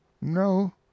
No